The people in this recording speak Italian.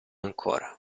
ancora